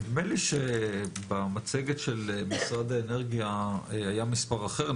נדמה לי שבמצגת של משרד האנרגיה היה מספר אחר,